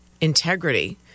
integrity